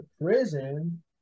prison